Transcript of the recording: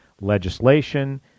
legislation